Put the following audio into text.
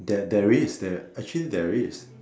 there there is there actually there is